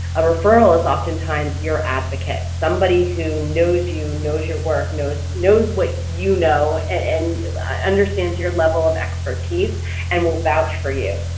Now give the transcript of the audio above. a referral is oftentimes your advocate, somebody who knows you, knows your work, knows knows what you know and understands your level of expertise and will vouch for you.